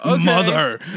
Mother